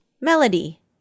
Melody